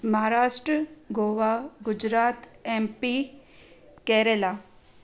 Maharashtra Goa Gujarat M P Kerala